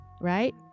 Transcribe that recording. right